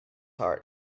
heart